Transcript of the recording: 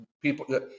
people